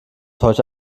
heute